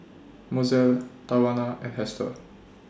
Mozell Tawanna and Hester